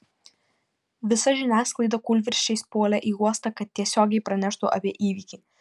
visa žiniasklaida kūlvirsčiais puolė į uostą kad tiesiogiai praneštų apie įvykį